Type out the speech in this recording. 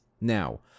Now